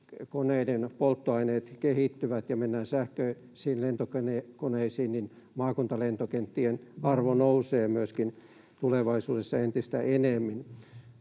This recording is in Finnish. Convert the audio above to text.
lentokoneiden polttoaineet kehittyvät ja mennään sähköisiin lentokoneisiin, niin maakuntalentokenttien arvo nousee myöskin tulevaisuudessa entistä enemmän.